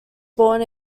born